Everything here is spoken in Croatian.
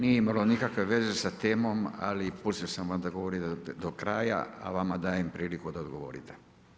Nije imalo nikakve veze sa temom, ali pustio sam vam da govorite do kraja, a vama dajem priliku da odgovorite.